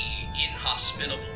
inhospitable